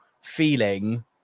feeling